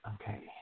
Okay